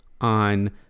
on